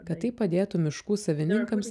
kad tai padėtų miškų savininkams